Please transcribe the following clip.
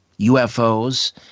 UFOs